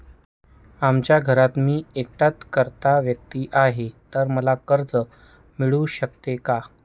आमच्या घरात मी एकटाच कर्ता व्यक्ती आहे, तर मला कर्ज मिळू शकते का?